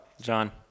John